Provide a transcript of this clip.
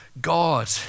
God